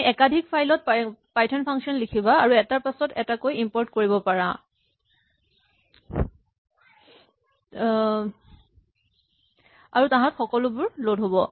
তুমি একাধিক ফাইল ত পাইথন ফাংচন লিখিব পাৰা আৰু এটাৰ পাছত এটাকৈ ইমপৰ্ট কৰিব পাৰা আৰু তাহাঁত সকলোবোৰ ল'ড হ'ব